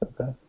Okay